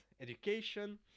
education